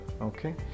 okay